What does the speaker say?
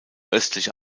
östliche